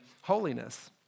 holiness